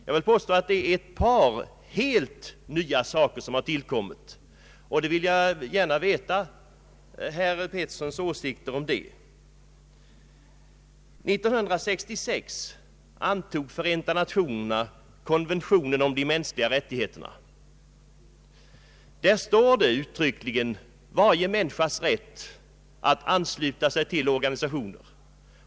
Jag vill påstå att det är ett par helt nya saker som har tillkommit, och jag vill gärna veta herr Petterssons åsikt härom. 1966 antog Förenta nationerna konventionen om de mänskliga rättigheterna, där det uttryckligen talas om varje människas rätt att ansluta sig till organisationer.